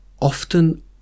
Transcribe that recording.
often